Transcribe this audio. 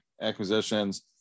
acquisitions